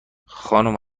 خانم